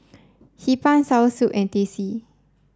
Hee Pan Soursop and Teh C